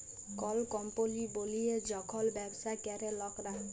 call কম্পলি বলিয়ে যখল ব্যবসা ক্যরে লকরা